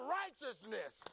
righteousness